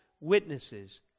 witnesses